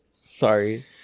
Sorry